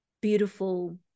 beautiful